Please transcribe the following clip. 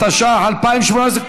התשע"ח 2018,